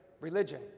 religion